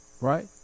Right